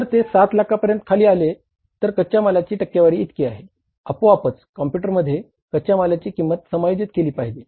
जर ते 7 लाखांपर्यंत खाली आले तर कच्च्या मालाची टक्केवारी इतकी आहे आपोआपच कॉम्पुयटरने कच्च्या मालाची किंमत समायोजित केली पाहिजे